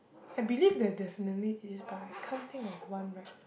I believe there definitely is but I can't think of one right now